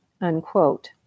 unquote